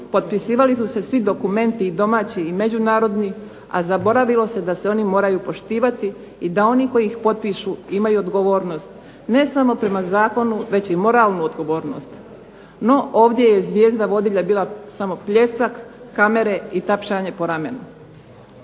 potpisivali su se svi dokumenti i domaći i međunarodni, a zaboravilo se da se oni moraju poštivati i da oni koji ih potpišu imaju odgovornost ne samo prema zakonu već i moralnu odgovornost. No, ovdje je zvijezda vodilja bila samo pljesak, kamere i tapšanje po ramenu.